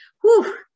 Whew